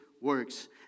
works